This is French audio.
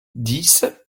dix